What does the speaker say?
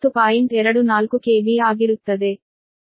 24 KV ಆಗಿರುತ್ತದೆ